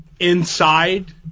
inside